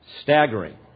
Staggering